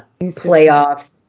Playoffs